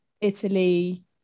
Italy